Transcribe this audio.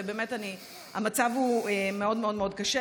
ולא הצעות על פיזור הכנסת,